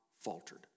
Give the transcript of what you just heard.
faltered